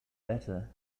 better